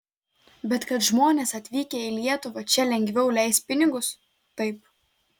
bet kad žmonės atvykę į lietuvą čia lengviau leis pinigus taip